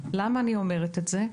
למה אני אומרת את זה?